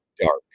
dark